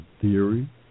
theory